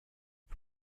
for